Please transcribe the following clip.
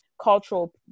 cultural